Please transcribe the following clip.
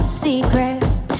secrets